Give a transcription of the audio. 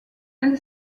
elle